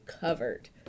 covered